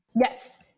Yes